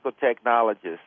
technologists